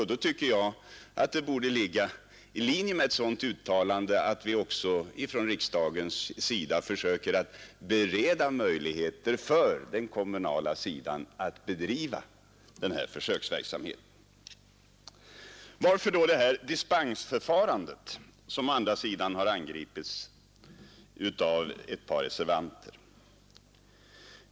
Då tycker jag att det borde ligga i linje med ett sådant uttalande att vi också från riksdagens sida försöker att bereda möjligheter för kommunerna att bedriva denna verksamhet. Varför då det här dispensförfarandet, som å andra sidan har angripits av ett par reservanter?